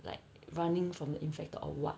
like running from the infected or what